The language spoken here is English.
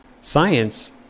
Science